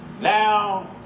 Now